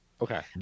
okay